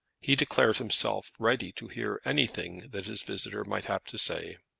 he declared himself ready to hear anything that his visitor might have to say.